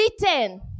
written